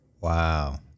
Wow